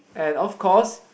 and of course